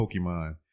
Pokemon